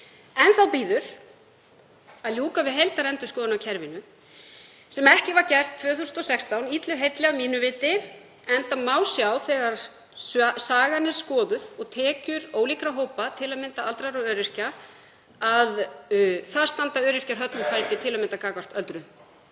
Enn þá bíður að ljúka við heildarendurskoðun á kerfinu sem ekki var gert 2016, illu heilli að mínu viti, enda má sjá þegar sagan er skoðuð og tekjur ólíkra hópa skoðaðar, til að mynda aldraðra og öryrkja, að þar standa öryrkjar höllum fæti til að mynda gagnvart öldruðum.